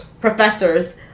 professors